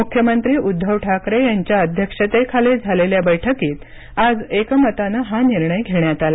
मुख्यमंत्री उद्धव ठाकरे यांच्या अध्यक्षतेखाली झालेल्या बैठकीत आज एकमतानं हा निर्णय घेण्यात आला